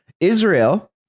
Israel